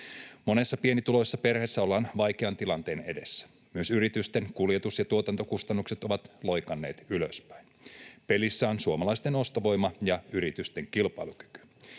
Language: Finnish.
Monessa pienituloisessa perheessä ollaan vaikean tilanteen edessä. Myös yritysten kuljetus- ja tuotantokustannukset ovat loikanneet ylöspäin. Pelissä on suomalaisten ostovoima ja yritysten kilpailukyky,